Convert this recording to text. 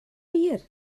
wir